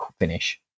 finish